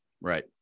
Right